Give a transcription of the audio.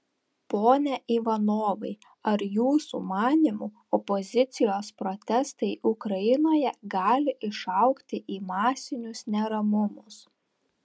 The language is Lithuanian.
pone ivanovai ar jūsų manymu opozicijos protestai ukrainoje gali išaugti į masinius neramumus